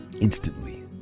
instantly